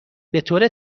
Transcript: بطور